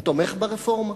הוא תומך ברפורמה.